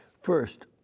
First